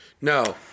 No